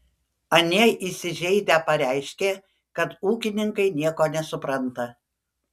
anie įsižeidę pareiškė kad ūkininkai nieko nesupranta